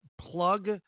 plug